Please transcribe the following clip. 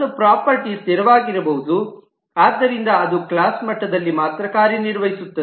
ಒಂದು ಪ್ರಾಪರ್ಟೀ ಸ್ಥಿರವಾಗಿರಬಹುದು ಆದ್ದರಿಂದ ಅದು ಕ್ಲಾಸ್ ಮಟ್ಟದಲ್ಲಿ ಮಾತ್ರ ಕಾರ್ಯನಿರ್ವಹಿಸುತ್ತದೆ